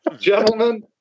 gentlemen